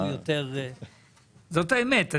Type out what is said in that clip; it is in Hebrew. זאת האמת.